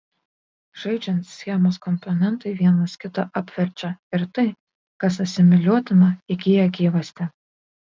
žaidžiant schemos komponentai vienas kitą apverčia ir tai kas asimiliuotina įgyja gyvastį